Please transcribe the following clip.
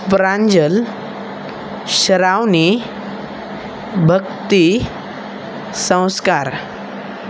प्रांजल श्रावनी भक्ती संस्कार